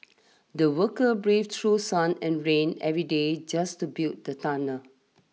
the worker brave through sun and rain every day just to build the tunnel